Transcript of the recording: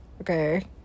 Okay